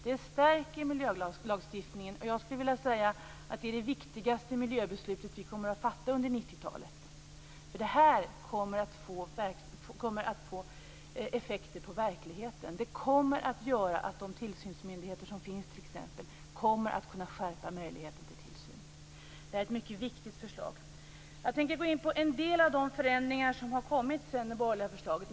Det stärker miljölagstiftningen, och jag skulle vilja säga att det är det viktigaste miljöbeslutet som vi kommer att fatta under 90-talet, för det kommer att få effekter på verkligheten. Det kommer att göra att tillsynsmyndigheterna kommer att kunna skärpa möjligheten till tillsyn. Det är ett mycket viktigt förslag. Jag tänker gå in på en del av de förändringar som har gjorts sedan det borgerliga förslaget.